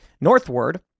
northward